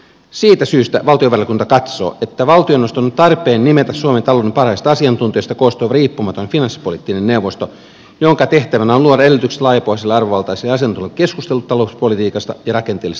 siitä syystä valtiovarainvaliokunta katsoo että valtioneuvoston on tarpeen nimetä suomen talouden parhaista asiantuntijoista koostuva riippumaton finanssipoliittinen neuvosto jonka tehtävänä on luoda edellytykset laajapohjaiselle arvovaltaiselle ja asiantuntevalle keskustelulle talouspolitiikasta ja rakenteellisesta jäämästä